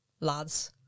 lads